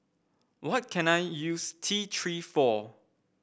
what can I use T Three for